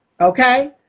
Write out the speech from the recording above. Okay